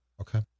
okay